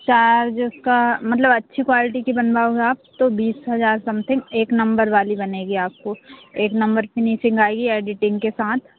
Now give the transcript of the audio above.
charge उसका मतलब अच्छी क्वालिटी की बनवाओगे आप तो बीस हजार समथिंग एक नंबर वाली बनेगी आपको एक नंबर की मिसिंग आएगी एडिटिंग के साथ